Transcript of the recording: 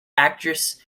actress